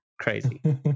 Crazy